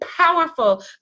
powerful